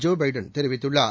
Joe Biden தெரிவித்துள்ளார்